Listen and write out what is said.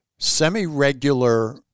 Semi-regular